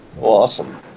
Awesome